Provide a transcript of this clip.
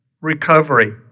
recovery